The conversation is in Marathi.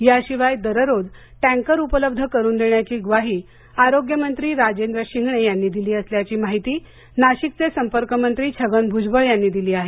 याशिवाय दररोज टॅकर उपलब्ध करून देण्याची ग्वाही आरोग्यमंत्री राजेंद्र शिंगणे यांनी दिली असल्याची माहिती नाशिकचे पालकमंत्री छगन भुजबळ यांनी दिली आहे